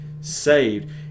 saved